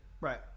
Right